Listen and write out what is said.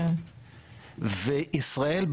וישראל,